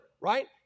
right